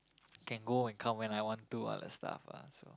can go and come when I want to all that stuff lah so